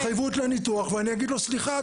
הוא יבקש ממני התחייבות לניתוח ואני אגיד לו סליחה,